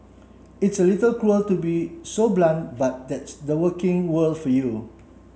it's a little cruel to be so blunt but that's the working world for you